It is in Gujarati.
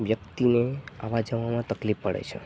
વ્યક્તિને આવવાજવામાં તકલીફ પડે છે